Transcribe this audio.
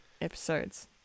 episodes